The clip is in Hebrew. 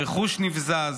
הרכוש נבזז,